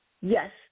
yes